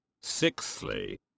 Sixthly